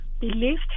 believed